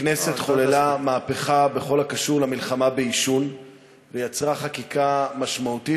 הכנסת חוללה מהפכה בכל הקשור למלחמה בעישון ויצרה חקיקה משמעותית,